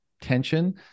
tension